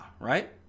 right